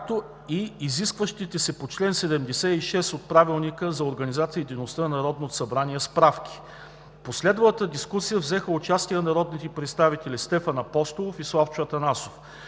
както и изискващите се по чл. 76 от Правилника за организацията и дейността на Народното събрание справки. В последвалата дискусия взеха участие народните представители Стефан Апостолов и Славчо Атанасов.